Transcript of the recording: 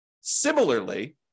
Similarly